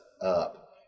up